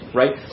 right